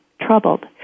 troubled